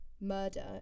murder